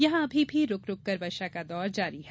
यहां अभी भी रूक रूक कर वर्षा का दौर जारी है